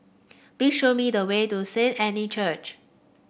please show me the way to Saint Anne Church